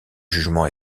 jugement